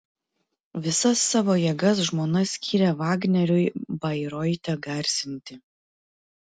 visas savo jėgas žmona skyrė vagneriui bairoite garsinti